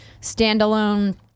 standalone